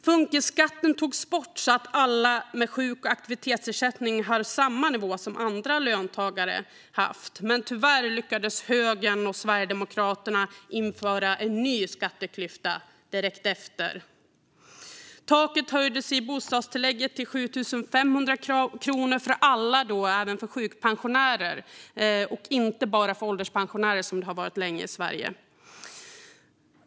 Funkisskatten togs bort så att alla med sjuk och aktivitetsersättning har samma skattenivå som andra löntagare. Men tyvärr lyckades högern och SD införa en ny skatteklyfta direkt efter. Taket i bostadstillägget höjdes till 7 500 kronor för alla, alltså inte bara för ålderspensionärer utan även för sjukpensionärer.